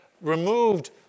removed